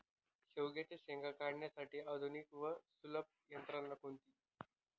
शेवग्याच्या शेंगा काढण्यासाठी आधुनिक व सुलभ यंत्रणा कोणती?